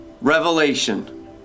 revelation